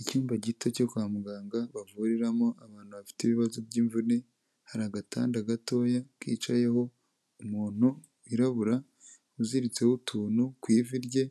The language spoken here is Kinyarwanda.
Icyumba gito cyo kwa muganga bavuriramo abantu bafite ibibazo by'imvune, hari agatanda gatoya kicayeho umuntu wirabura uziritseho utuntu ku ivi rye